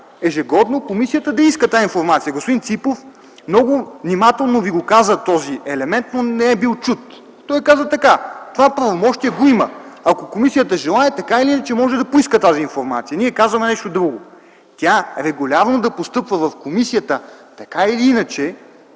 ежегодно комисията да иска тая информация. Господин Ципов много внимателно ви каза този елемент, но не е бил чут. Той каза така: това правомощие го има. Ако комисията желае, така или иначе може да поиска тази информация. Ние казваме нещо друго: тя регулярно да постъпва в комисията, така или иначе